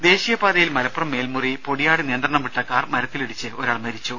ദേദ ദേശീയപാതയിൽ മലപ്പുറം മേൽമുറി പൊടിയാട് നിയന്ത്രണം വിട്ട കാർ മരത്തിലിടിച്ച് ഒരാൾ മരിച്ചു